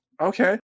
Okay